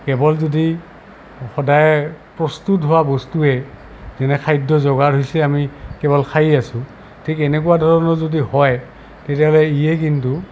কেৱল যদি সদায় প্ৰস্তুত হোৱা বস্তুৱে যেনে খাদ্য যোগাৰ হৈছে আমি কেৱল খাই আছোঁ ঠিক এনেকুৱা ধৰণৰ যদি হয় তেতিয়াহ'লে ইয়ে কিন্তু